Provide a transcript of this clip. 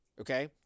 okay